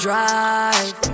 Drive